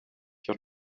your